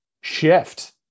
shift